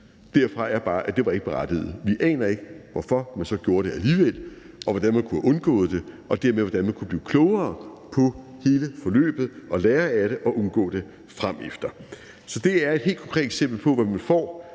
derfra, er, at det ikke var berettiget. Vi aner ikke, hvorfor man så gjorde det alligevel, og hvordan man kunne have undgået det, og dermed hvordan man kunne være blevet klogere på hele forløbet og lære af det og undgå at gøre det igen fremefter. Så det er et helt konkret eksempel på, hvad man får,